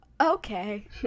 Okay